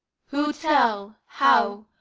who tell, how,